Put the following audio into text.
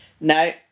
No